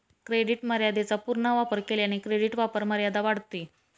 credit मर्यादेचा पूर्ण वापर केल्याने क्रेडिट वापरमर्यादा वाढते